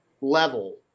level